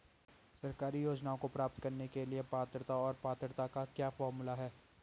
सरकारी योजनाओं को प्राप्त करने के लिए पात्रता और पात्रता का क्या फार्मूला है?